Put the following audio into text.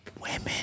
women